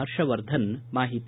ಹರ್ಷವರ್ಧನ್ ಮಾಹಿತಿ